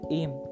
aim